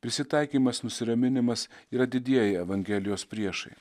prisitaikymas nusiraminimas yra didieji evangelijos priešai